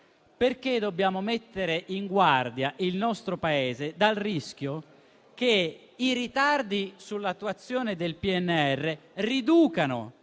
perché dobbiamo mettere in guardia il nostro Paese dal rischio che i ritardi sull'attuazione del PNRR riducano